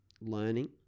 learning